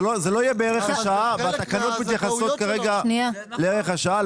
זה לא יהיה בערך השעה והתקנות מתייחסות כרגע לערך השעה.